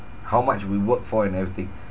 how much we work for and everything